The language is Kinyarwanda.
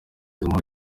amahoro